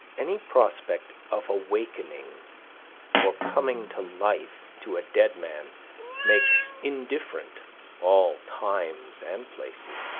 any prospect of awakening or coming to life to a dead man makes indifferent all times and places.